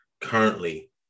currently